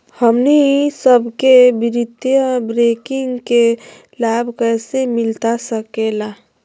हमनी सबके वित्तीय बैंकिंग के लाभ कैसे मिलता सके ला?